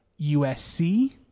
USC